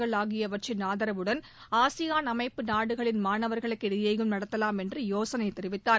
அரககள் ஆகியவற்றின் ஆதரவுடன் ஆசியாள் அமைப்பு நாடுகளின் மாணவர்களுக்கு இடையேயும் நடத்தலாம் என்று யோசனை தெரிவித்தார்